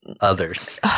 others